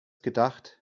gedacht